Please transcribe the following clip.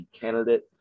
candidate